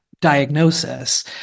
diagnosis